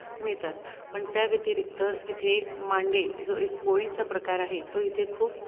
मिळतात पण त्या व्यतिरिक्त इथे मांडे जो एक पोळीचा प्रकार आहे तो इथे खूप